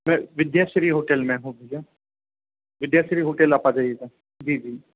मैं विद्याश्री होटल में हूँ भैया विद्याश्री होटल आप आ जाइएगा जी जी